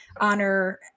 honor